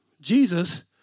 Jesus